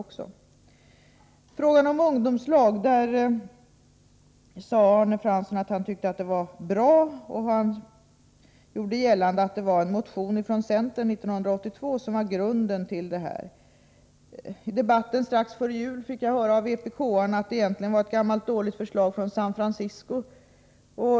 Arne Fransson tyckte att ungdomslagen var bra och gjorde gällande att en motion från centern 1982 var grunden till det hela. I debatten strax före jul fick jag höra av vpk-arna att det egentligen var ett gammalt dåligt förslag från San Francisco.